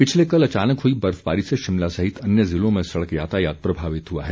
पिछले कल अचानक हुई बर्फबारी से शिमला सहित अन्य जिलों में सड़क यातायात प्रभावित हुआ है